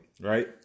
right